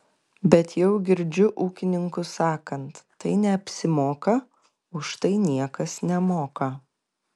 bet jau girdžiu ūkininkus sakant tai neapsimoka už tai niekas nemoka